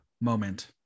moment